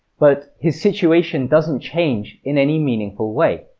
but his situation doesn't change in any meaningful way.